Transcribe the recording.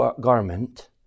garment